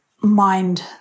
mind